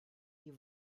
die